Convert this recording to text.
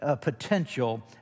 potential